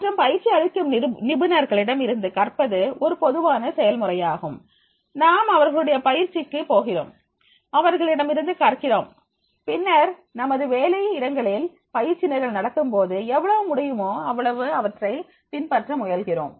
மற்றும் பயிற்சி அளிக்கும் நிபுணர்களிடம் இருந்து கற்பது ஒரு பொதுவான செயல்முறையாகும் நாம் அவர்களுடைய பயிற்சிக்கு போகிறோம் அவர்களிடமிருந்து கற்கிறோம் பின்னர் நமது வேலை இடங்களில் பயிற்சி நிரல் நடத்தும்போது எவ்வளவு முடியுமோ அவற்றை பின்பற்ற முயல்கிறோம்